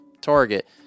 target